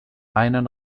einen